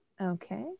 Okay